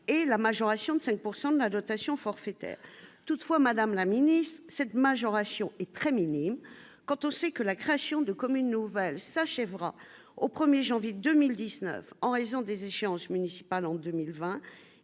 et la majoration de 5 pourcent de la dotation forfaitaire, toutefois, Madame la Ministre, cette majoration est très minime quand on sait que la création de communes nouvelles s'achèvera au 1er janvier 2019 en raison des échéances municipales en 2020